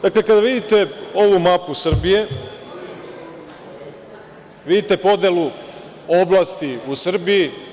Dakle, kada vidite ovu mapu Srbije, vidite podelu oblasti u Srbiji.